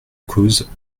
cause